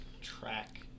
track